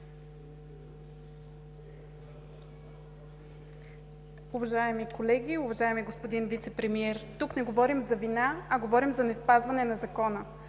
Уважаеми колеги, уважаеми господин Вицепремиер! Тук не говорим за вина, а говорим за неспазване на Закона.